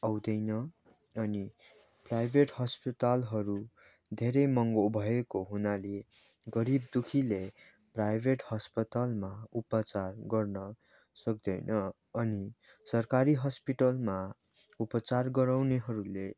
आउँदैन अनि प्राइभेट अस्पतालहरू धेरै महँगो भएको हुनाले गरिब दुखीले प्राइभेट अस्पातालमा उपचार गर्नु सक्दैन अनि सरकारी हस्पिटलमा उपचार गराउनेहरूले